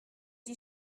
die